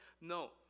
No